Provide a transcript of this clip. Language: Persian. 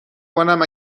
کنم